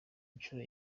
nshuro